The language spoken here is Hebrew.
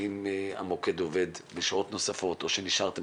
האם המוקד עובד שעות נוספות או שנשארתם